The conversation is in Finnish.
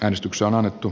äänestykse on annettu